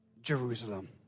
Jerusalem